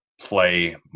play